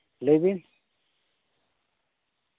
ᱞᱟᱹᱭ ᱵᱤᱱ